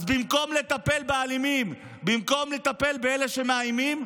אז במקום לטפל באלימים, במקום לטפל באלה שמאיימים,